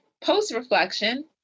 Post-reflection